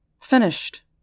Finished